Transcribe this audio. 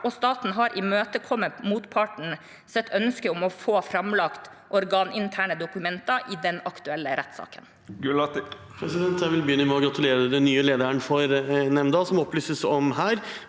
staten har imøtekommet motpartens ønske om å få framlagt organinterne dokumenter i den aktuelle rettssaken.